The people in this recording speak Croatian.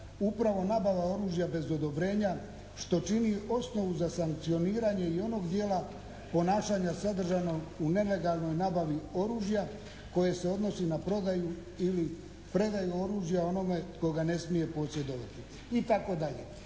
upravo nabava oružja bez odobrenja što čini osnovu za sankcioniranje i onog dijela ponašanja sadržanog u nelegalnoj nabavi oružja koje se odnosi na prodaju ili predaju oružja onome tko ga ne smije posjedovati itd.